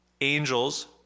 Angels